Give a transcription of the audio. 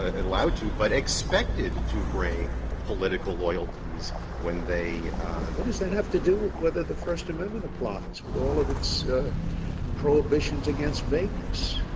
ah allowed to, but expected, to bring political loyalties when they scalia what does that have to do with whether the first amendment applies, with all of its prohibitions against vagueness?